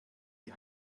die